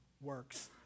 works